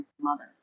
mother